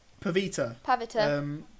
Pavita